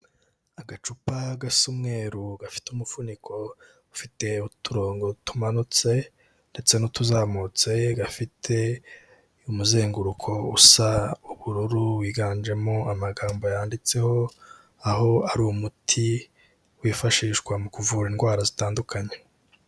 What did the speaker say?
Agacupa gasa umweru gafite umufuniko ufite uturongo tumanutse ndetse n'utuzamutse, gafite umuzenguruko usa ubururu wiganjemo amagambo yanditseho, aho ari umuti wifashishwa mu kuvura indwara zitandukanye.